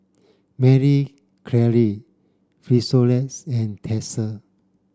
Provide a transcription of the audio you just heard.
Marie Claire Frisolac and Tesla